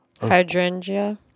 Hydrangea